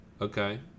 Okay